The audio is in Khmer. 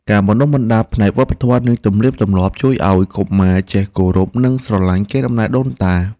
ការបណ្តុះបណ្តាលផ្នែកវប្បធម៌និងទំនៀមទម្លាប់ជួយឱ្យកុមារចេះគោរពនិងស្រឡាញ់កេរដំណែលដូនតា។